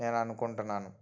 నేను అనుకుంటున్నాను